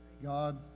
God